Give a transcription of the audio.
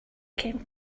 came